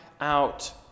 out